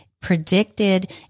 Predicted